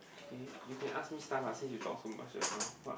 okay you can ask me stuff ah since you talk so much just now [what]